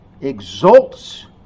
exults